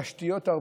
הרבה תשתיות.